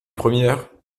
premières